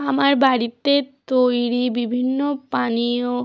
আমার বাড়িতে তৈরি বিভিন্ন পানীয়